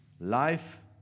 life